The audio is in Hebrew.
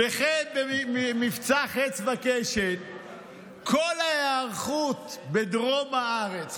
במבצע חץ וקשת כל ההיערכות בדרום הארץ,